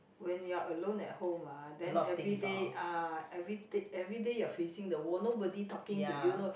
when you're alone at home ah then everyday ah everyday everyday you're facing the wall nobody talking to you know